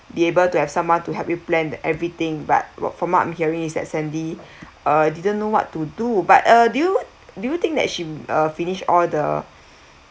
able to have someone to help you planned everything but what from what I'm hearing is that sandy uh didn't know what to do but uh do you do you think that she uh finished all the